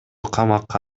камакка